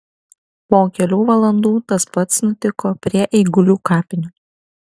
po kelių valandų tas pats nutiko prie eigulių kapinių